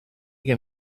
gen